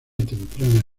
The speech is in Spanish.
temprana